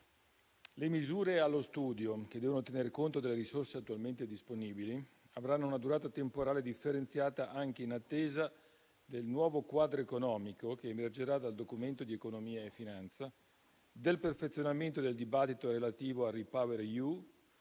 Le misure allo studio, che devono tener conto delle risorse attualmente disponibili, avranno una durata temporale differenziata, anche in attesa del nuovo quadro economico che emergerà dal Documento di economia e finanza, del perfezionamento del dibattito relativo al RePower EU